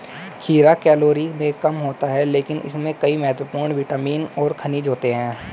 खीरा कैलोरी में कम होता है लेकिन इसमें कई महत्वपूर्ण विटामिन और खनिज होते हैं